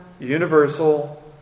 Universal